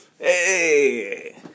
Hey